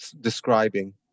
describing